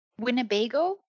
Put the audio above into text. Winnebago